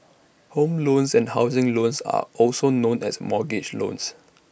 home loans and housing loans are also known as mortgage loans